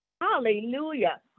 Hallelujah